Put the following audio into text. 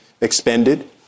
expended